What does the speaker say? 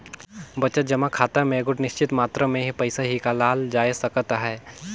बचत जमा खाता में एगोट निच्चित मातरा में ही पइसा हिंकालल जाए सकत अहे